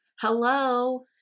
Hello